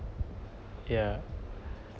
yeah